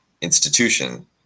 institution